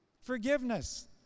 Forgiveness